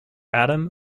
adam